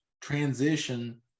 transition